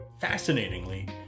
fascinatingly